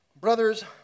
Brothers